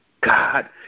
God